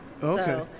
Okay